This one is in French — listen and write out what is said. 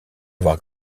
avoir